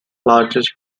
largest